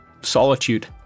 solitude